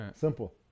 Simple